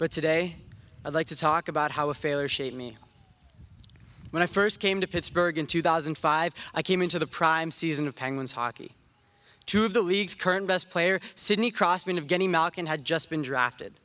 but today i'd like to talk about how a failure shaped me when i first came to pittsburgh in two thousand and five i came into the prime season of penguins hockey two of the league's current best player sidney crossman of guinea malkin had just been drafted